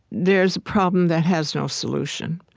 there's a problem that has no solution.